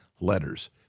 letters